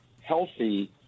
healthy